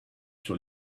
sur